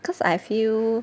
cause I feel